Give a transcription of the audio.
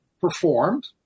performed